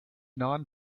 non